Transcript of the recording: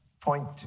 point